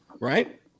Right